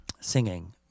singing